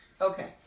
Okay